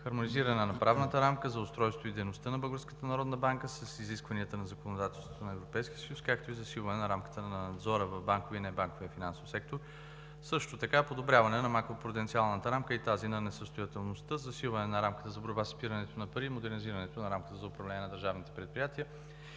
хармонизиране на правната рамка за устройството и дейността на Българската народна банка с изискванията на законодателството на Европейския съюз, както и засилване на рамката на надзора в банковия и небанковия финансов сектор. Също така подобряване на макропруденциалната рамка и тази на несъстоятелността, засилване на рамката за борба с изпирането на пари и модернизиране на рамката за управление на държавните предприятия,